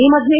ಈ ಮಧ್ಯೆ